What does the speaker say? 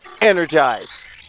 Energize